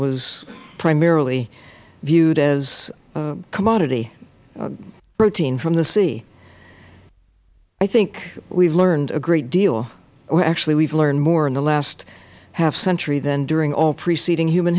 was primarily viewed as a commodity protein from the sea i think we have learned a great deal actually we have learned more in the last half century than during all preceding human